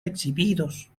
exhibidos